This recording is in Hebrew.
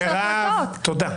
תודה.